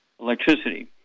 electricity